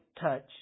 touch